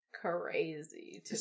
crazy